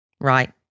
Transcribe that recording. Right